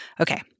Okay